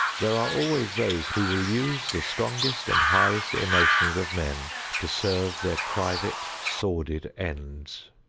there are always those who will use the strongest and highest emotions of men to serve their private, sordid ends.